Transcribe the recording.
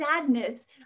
sadness